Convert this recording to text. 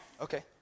Okay